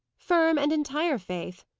firm and entire faith,